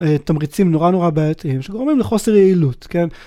תמריצים נורא נורא בעייתיים שגורמים לחוסר יעילות.